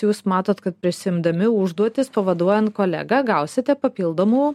jūs matot kad prisiimdami užduotis pavaduojant kolegą gausite papildomų